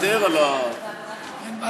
לא, אבל הוא מוותר על, אין בעיה.